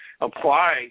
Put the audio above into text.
apply